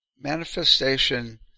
Manifestation